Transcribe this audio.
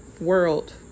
world